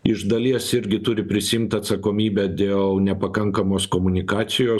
iš dalies irgi turi prisiimt atsakomybę dėl nepakankamos komunikacijos